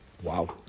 Wow